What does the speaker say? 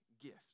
gift